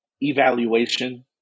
evaluation